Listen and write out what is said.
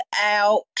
out